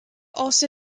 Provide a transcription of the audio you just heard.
also